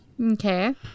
Okay